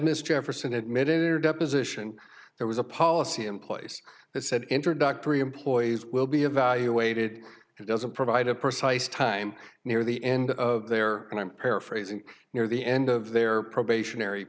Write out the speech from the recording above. ms jefferson admitted there deposition there was a policy in place that said introductory employees will be evaluated and doesn't provide a precise time near the end of their and i'm paraphrasing near the end of their probationary